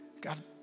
God